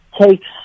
takes